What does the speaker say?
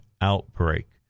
outbreak